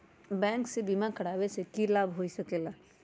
Bank से बिमा करावे से की लाभ होई सकेला?